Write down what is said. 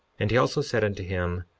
and he also said unto him,